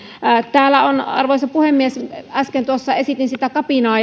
arvoisa puhemies äsken tuossa esitin kapinaa